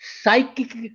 psychic